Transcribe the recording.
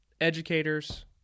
educators